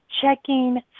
checking